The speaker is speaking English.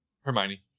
hermione